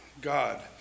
God